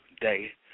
day